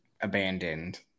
abandoned